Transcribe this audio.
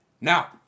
Now